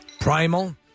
Primal